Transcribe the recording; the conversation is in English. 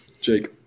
Jake